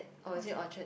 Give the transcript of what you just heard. or is it Orchard